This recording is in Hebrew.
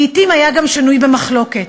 לעתים היה שנוי במחלוקת,